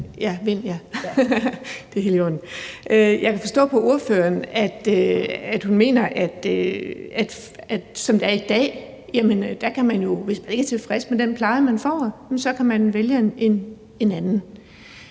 Ja, Vind, det er helt i orden. Jeg kan forstå på ordføreren, at hun mener, at man, som det er i dag, hvis man ikke er tilfreds med den pleje, man får, jo kan vælge en anden.